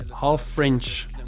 half-French